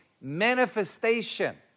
manifestation